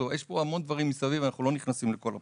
יש פה המון דברים מסביב ואנחנו לא נכנסים לכל הפרטים.